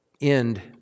end